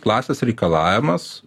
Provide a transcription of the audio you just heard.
klasės reikalavimas